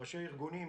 ראשי ארגונים,